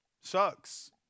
sucks